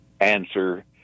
answer